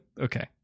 Okay